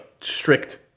strict –